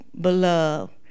beloved